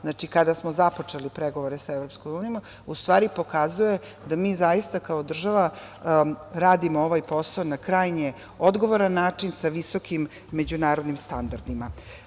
Znači, kada smo započeli pregovore sa EU u stvari pokazuje da mi zaista kao država radimo ovaj posao na krajnje odgovoran način, sa visokim međunarodnim standardima.